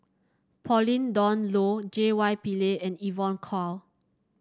Pauline Dawn Loh J Y Pillay and Evon Kow